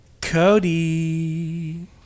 Cody